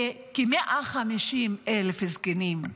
וכ-150,000 זקנים.